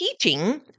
teaching